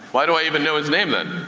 why do i even know his name then?